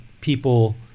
people